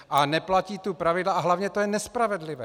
A neplatí tu pravidla a hlavně to je nespravedlivé.